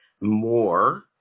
more